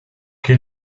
che